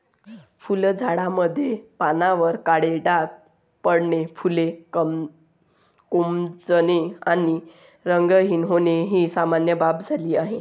फुलझाडांमध्ये पानांवर काळे डाग पडणे, फुले कोमेजणे आणि रंगहीन होणे ही सामान्य बाब झाली आहे